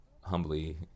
humbly